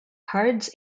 cards